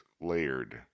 layered